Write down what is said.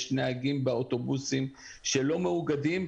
יש נהגים באוטובוסים שלא מאוגדים,